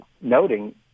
noting